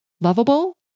lovable